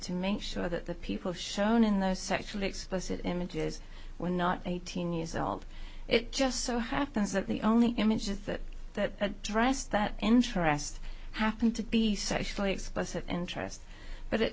to make sure that the people shown in those sexually explicit images were not eighteen years old it just so happens that the only images that that dress that interest happen to be sexually explicit interest but it